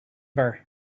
bar